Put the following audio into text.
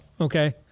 Okay